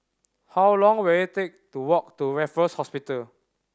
how long will it take to walk to Raffles Hospital